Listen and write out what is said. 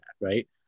Right